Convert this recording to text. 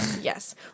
yes